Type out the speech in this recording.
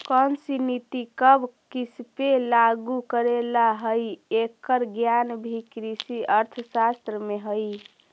कौनसी नीति कब किसपे लागू करे ला हई, एकर ज्ञान भी कृषि अर्थशास्त्र में हई